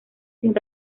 sin